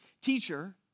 Teacher